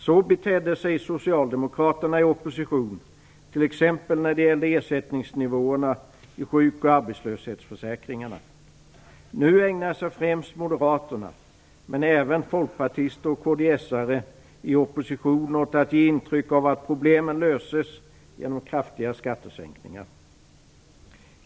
Så betedde sig Socialdemokraterna i opposition, t.ex. när det gällde ersättningsnivåerna i sjuk och arbetslöshetsförsäkringarna. Nu ägnar sig främst Moderaterna, men även företrädare för Folkpartiet och kds, i opposition åt att ge intryck av att problemen löses genom kraftiga skattesänkningar.